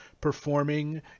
performing